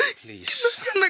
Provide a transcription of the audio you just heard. please